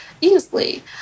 easily